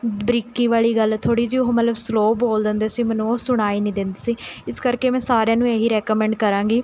ਬਰੀਕੀ ਵਾਲੀ ਗੱਲ ਥੋੜ੍ਹੀ ਜਿਹੀ ਉਹ ਮਤਲਬ ਸਲੋਅ ਬੋਲ ਦਿੰਦੇ ਸੀ ਮੈਨੂੰ ਉਹ ਸੁਣਾਈ ਨਹੀਂ ਦਿੰਦੀ ਸੀ ਇਸ ਕਰਕੇ ਮੈਂ ਸਾਰਿਆਂ ਨੂੰ ਇਹੀ ਰੇਕਮੈਂਡ ਕਰਾਂਗੀ